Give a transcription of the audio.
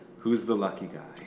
who's the lucky guy?